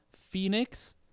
phoenix